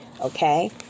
Okay